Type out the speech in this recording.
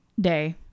day